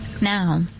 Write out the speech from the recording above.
Now